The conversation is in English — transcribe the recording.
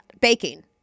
Baking